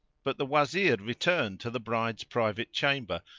but the wazir returned to the bride's private chamber,